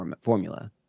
formula